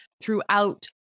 throughout